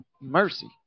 Mercy